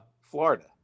Florida